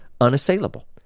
unassailable